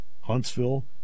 Huntsville